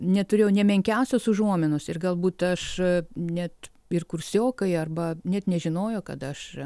neturėjau nė menkiausios užuominos ir galbūt aš net ir kursiokai arba net nežinojo kad aš